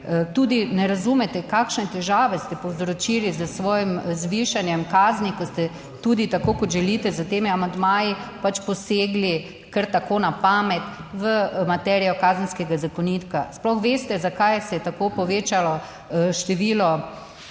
Tudi ne razumete, kakšne težave ste povzročili s svojim zvišanjem kazni, ko ste tudi, tako kot želite s temi amandmaji, pač posegli kar tako na pamet v materijo Kazenskega zakonika. Sploh veste, zakaj se je tako povečalo število